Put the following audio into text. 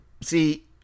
see